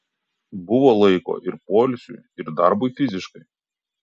buvo laiko ir poilsiui ir darbui fiziškai